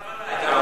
לא רק עליך.